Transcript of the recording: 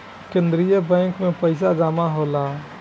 केंद्रीय बैंक में पइसा जमा होला